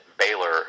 Baylor